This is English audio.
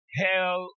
hell